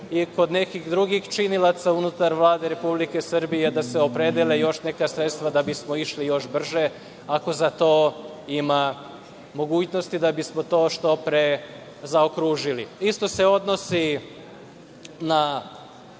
i nekih drugih činilaca unutar Vlade Republike Srbije, da se opredele još neka sredstva da bismo išli još brže, ako za to ima mogućnosti, da bismo to što pre zaokružili. Isto se odnosi na